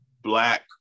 black